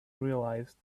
realized